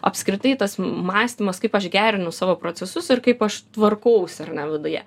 apskritai tas mąstymas kaip aš gerinu savo procesus ir kaip aš tvarkausi ar ne viduje